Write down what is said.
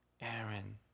Aaron